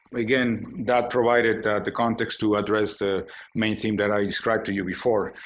again, that provided the context to address the main theme that i described to you before.